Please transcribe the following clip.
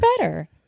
better